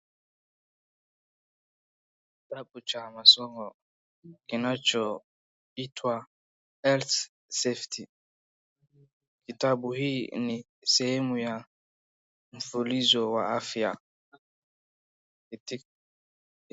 Kitabu cha masomo kinachoitwa Health safety. Kitabu hii ni sehemu ya mfulizo wa afya.